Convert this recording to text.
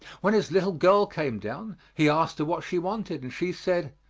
when his little girl came down, he asked her what she wanted, and she said,